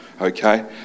okay